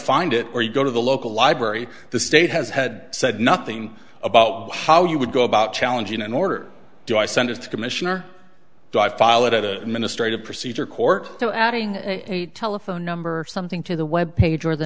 find it or you go to the local library the state has had said nothing about how you would go about challenging an order do i send it to commissioner dr pilot or the ministry of procedure court so adding a telephone number something to the web page or the